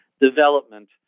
development